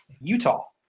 Utah